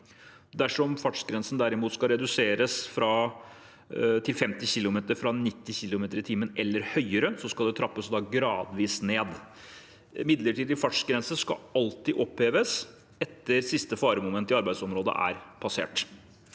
Dersom fartsgrensen derimot skal reduseres til 50 km/t fra 90 km/t eller høyere, skal det trappes gradvis ned. Midlertidig fartsgrense skal alltid oppheves etter at siste faremoment i arbeidsområdet er passert.